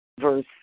verse